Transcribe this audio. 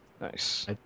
Nice